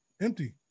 empty